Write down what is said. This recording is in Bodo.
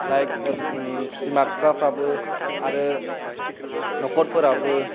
लाइक बिमा फिफाफ्राबो आरो न'खरफोराबो